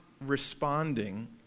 responding